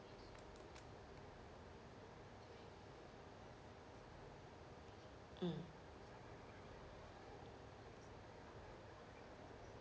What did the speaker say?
mm